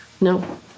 No